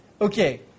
Okay